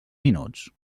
minuts